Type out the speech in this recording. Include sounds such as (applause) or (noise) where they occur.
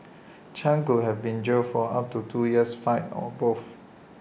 (noise) chan could have been jailed up to two years fined or both